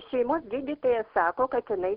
šeimos gydytoja sako kad jinai